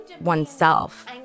oneself